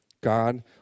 God